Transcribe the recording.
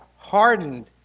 hardened